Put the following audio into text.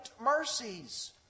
mercies